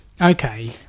okay